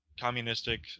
communistic